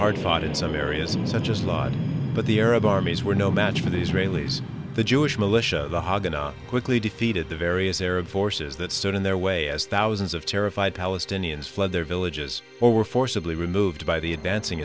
hard fought in some areas such as laws but the arab armies were no match for the israelis the jewish militia the hagana quickly defeated the various arab forces that stood in their way as thousands of terrified palestinians fled their villages or were forcibly removed by the advancing